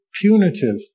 punitive